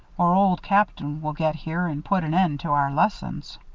or old captain will get here and put an end to our lessons.